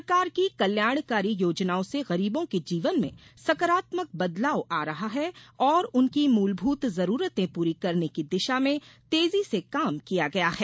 सरकार की कल्याणकारी योजनाओं से गरीबों के जीवन में सकारात्मक बदलाव आ रहा है और उनकी मुलभूत जरूरतें पूरी करने की दिशा में तेजी से काम किया गया है